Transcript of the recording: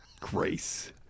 Grace